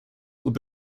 would